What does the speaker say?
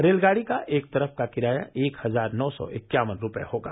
रेलगाड़ी का एक तरफ का किराया एक हजार नौ सौ इक्यावन रूपये होगा